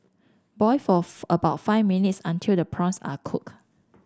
boil forth about five minutes until the prawns are cooked